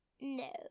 No